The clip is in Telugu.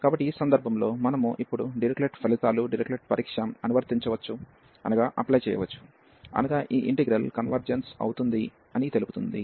కాబట్టి ఈ సందర్భంలో మనం ఇప్పుడు డిరిచ్లెట్ ఫలితాలు డిరిచ్లెట్ పరీక్ష అనువర్తించవచ్చు అనగా ఈ ఇంటిగ్రల్ కన్వర్జెన్స్ అవుతుంది అని తెలుపుతుంది